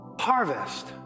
harvest